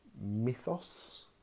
Mythos